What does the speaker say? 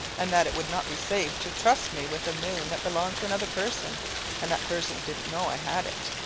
and that it would not be safe to trust me with a moon that belonged to another person and that person didn't know i had it.